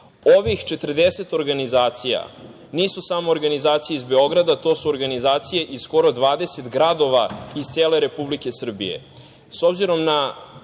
Ovih 40 organizacija nisu samo organizacije iz Beograda, to su organizacije iz skoro 20 gradova iz cele Republike Srbije.S obzirom na